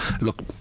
look